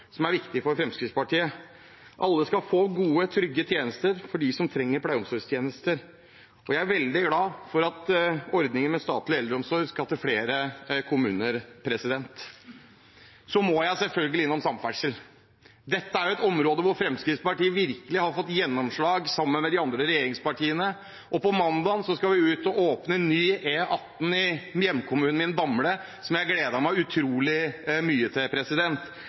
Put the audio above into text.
som er viktig for Fremskrittspartiet. Alle som trenger omsorgstjenester, skal få gode, trygge tjenester. Jeg er veldig glad for at ordningen med statlig eldreomsorg skal til flere kommuner. Så må jeg selvfølgelig innom samferdsel. Dette er jo et område der Fremskrittspartiet virkelig har fått gjennomslag sammen med de andre regjeringspartiene. På mandag skal vi ut og åpne ny E18 i hjemkommunen min, Bamble, noe jeg gleder meg utrolig mye til.